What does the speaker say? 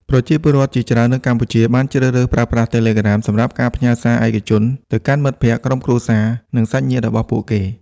ប្រជាពលរដ្ឋជាច្រើននៅកម្ពុជាបានជ្រើសរើសប្រើប្រាស់ Telegram សម្រាប់ការ ផ្ញើសារឯកជន ទៅកាន់មិត្តភក្តិ ក្រុមគ្រួសារ និងសាច់ញាតិរបស់ពួកគេ។